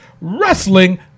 Wrestling